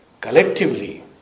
collectively